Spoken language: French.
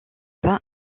pas